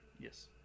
Yes